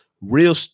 Real